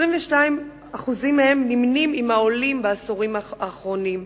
22% מהם נמנים עם העולים בעשורים האחרונים.